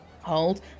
Hold